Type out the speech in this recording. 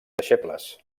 deixebles